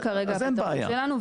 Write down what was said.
זה כרגע הפתרון שלנו,